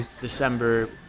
December